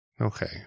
Okay